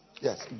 Yes